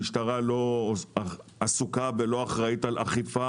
המשטרה לא עסוקה ולא אחראית על אכיפה